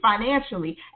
financially